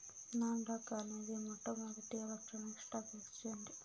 non dock అనేది మొట్టమొదటి electronic stock exchange